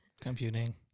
Computing